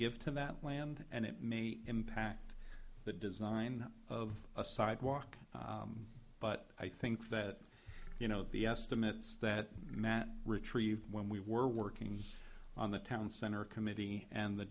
give to that land and it may impact the design of a sidewalk but i think that you know the estimates that matt retrieved when we were working on the town center committee and the